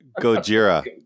Gojira